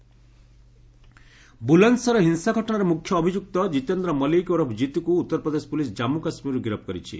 ବୁଲନ୍ଦସର ଜିତ୍ ବୁଲନ୍ଦସର ହିଂସା ଘଟଣାର ମୁଖ୍ୟ ଅଭିଯୁକ୍ତ ଜିତେନ୍ଦ୍ର ମଲ୍ଲିକ ଓରଫ ଜିତୁକୁ ଉତ୍ତରପ୍ରଦେଶ ପୁଲିସ୍ ଜାନ୍ମୁ କାଶ୍ମୀରରୁ ଗିରଫ କରିଛି